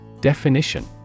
Definition